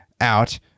out